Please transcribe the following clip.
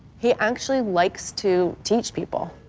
he actually likes to teach people.